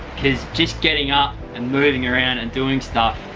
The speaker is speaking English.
cause just getting up and moving around and doing stuff,